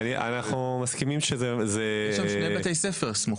יש שם שני בתי ספר סמוכים.